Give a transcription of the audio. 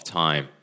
time